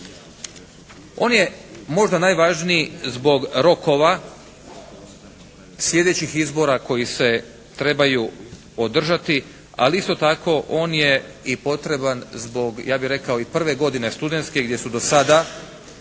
On je možda najvažniji zbog rokova sljedećih izbora koji se trebaju održati, ali isto tako on je i potreban zbog ja bih rekao i prve godine studentske gdje su do sada